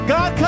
God